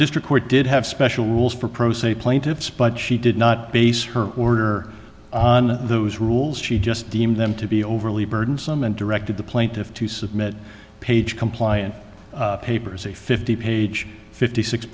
court did have special rules for pro se plaintiffs but she did not base her order on those rules she just deemed them to be overly burdensome and directed the plaintiff to submit page compliant papers a fifty page fifty six